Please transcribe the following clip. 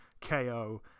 KO